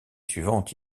suivante